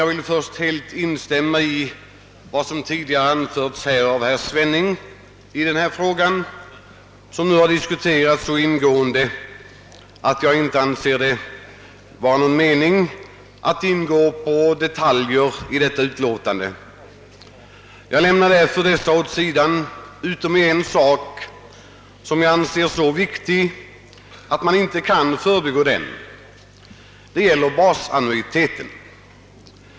Låt mig först instämma i vad herr Svenning anfört i detta ärende, som nu har diskuterats så ingående att jag inte anser det vara någon mening att ta upp detaljer i utlåtandet. En sak finner jag emellertid så viktig att jag inte kan förbigå den, och det är basannuiteten.